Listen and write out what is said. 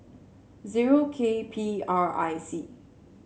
zero K P R I C